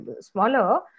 smaller